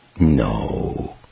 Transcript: No